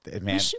man